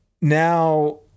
now